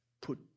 put